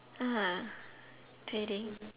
ah trading